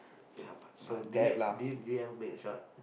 yeah but but do you do you do you ever make the shot